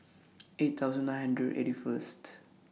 eight thousand nine hundred eighty First